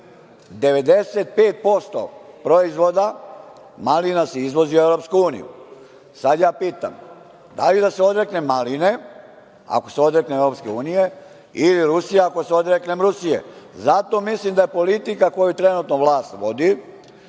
95% proizvoda malina se izvozi u EU. Sad ja pitam, da li da se odreknem maline ako se odreknem EU ili Rusija, ako se odreknem Rusije? Zato mislim da politika koju trenutno vlast vodi,